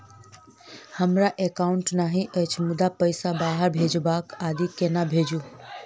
हमरा एकाउन्ट नहि अछि मुदा पैसा बाहर भेजबाक आदि केना भेजू?